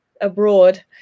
abroad